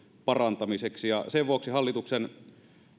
parantamiseksi sen vuoksi hallituksen